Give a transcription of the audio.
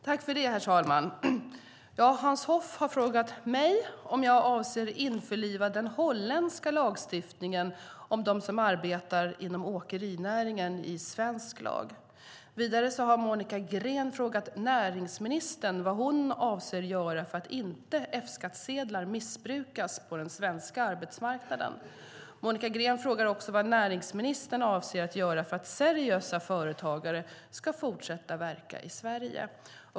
Herr talman! Hans Hoff har frågat mig om jag avser att införliva den holländska lagstiftningen om dem som arbetar inom åkerinäringen i svensk lag. Vidare har Monica Green frågat näringsministern vad hon avser att göra så att inte F-skattesedlar missbrukas på den svenska arbetsmarknaden. Monica Green frågar också vad näringsministern avser att göra för att seriösa företagare ska kunna fortsätta verka i Sverige.